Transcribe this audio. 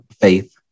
faith